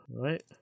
right